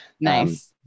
Nice